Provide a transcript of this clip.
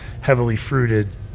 heavily-fruited